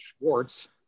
Schwartz